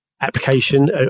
application